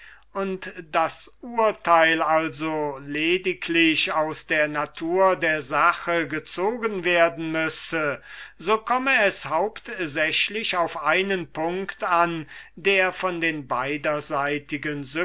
und das urteil also lediglich aus der natur der sache gezogen werden müsse so komme es hauptsächlich auf einen punct an der von den beiderseitigen